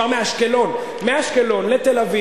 אפשר מאשקלון לתל-אביב,